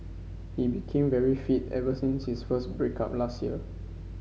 he became very fit ever since his first break up last year